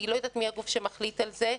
אני לא יודעת מי הגוף שמחליט על זה,